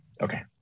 Okay